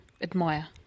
admire